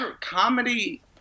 comedy